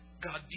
God